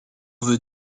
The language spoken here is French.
veut